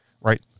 right